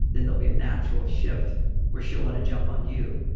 then there'll be a natural shift where she'll want to jump on you.